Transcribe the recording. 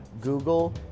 Google